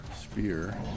spear